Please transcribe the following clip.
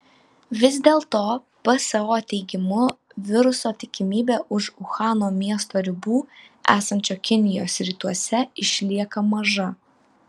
vis dėl to pso teigimu viruso tikimybė už uhano miesto ribų esančio kinijos rytuose išlieka maža